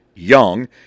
young